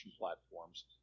platforms